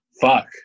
Fuck